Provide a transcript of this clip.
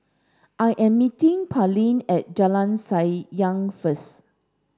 I am meeting Parlee at Jalan Sayang first